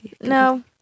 No